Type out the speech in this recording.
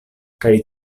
kaj